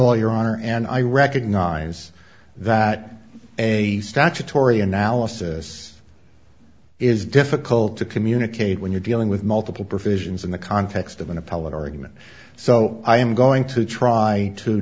all your honor and i recognize that a statutory analysis is difficult to communicate when you're dealing with multiple provisions in the context of an appellate argument so i am going to try to